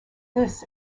this